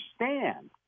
understand